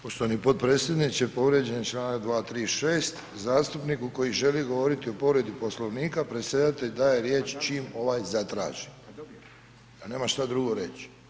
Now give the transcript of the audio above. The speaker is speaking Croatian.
Poštovani potpredsjedniče, povrijeđen je članak 236., zastupniku koji želi govoriti o povredi Poslovnika, predsjedatelj daje riječ čim ovaj zatraži pa nemam šta drugo reći.